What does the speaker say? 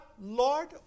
Lord